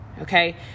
Okay